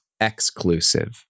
exclusive